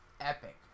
epic